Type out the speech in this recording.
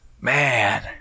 Man